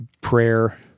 Prayer